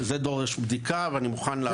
זה דורש בדיקה ואני מוכן לעבוד.